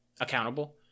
accountable